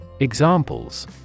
Examples